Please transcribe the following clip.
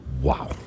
Wow